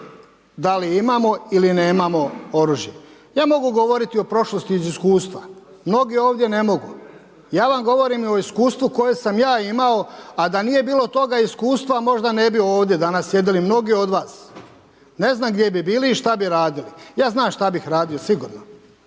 da li imamo ili nemamo oružje? Ja mogu govoriti o prošlosti iz iskustva. Mnogi ovdje ne mogu. Ja vam govorim o iskustvu koje sam ja imao, a da nije bilo toga iskustva možda ne bi ovdje danas sjedili mnogi od vas. Ne znam gdje bi bili i šta bi radili? Ja znam šta bih radio sigurno.